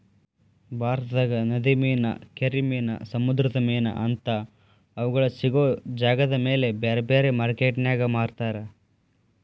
ಭಾರತದಾಗ ನದಿ ಮೇನಾ, ಕೆರಿ ಮೇನಾ, ಸಮುದ್ರದ ಮೇನಾ ಅಂತಾ ಅವುಗಳ ಸಿಗೋ ಜಾಗದಮೇಲೆ ಬ್ಯಾರ್ಬ್ಯಾರೇ ಮಾರ್ಕೆಟಿನ್ಯಾಗ ಮಾರ್ತಾರ